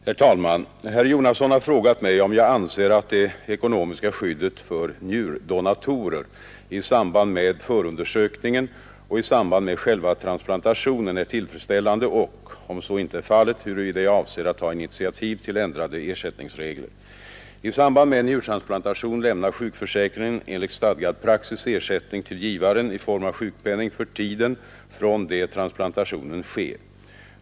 Herr talman! Herr Jonasson har frågat mig om jag anser att det ekonomiska skyddet för njurdonatorer i samband med förundersökningen och i samband med själva transplantationen är tillfredsställande och, om så inte är fallet, huruvida jag avser att ta initiativ till ändrade ersättningsregler. miska skyddet för njurdonatorer stadgad praxis ersättning till givaren i form av sjukpenning för tiden från det transplantationen sker.